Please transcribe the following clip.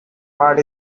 part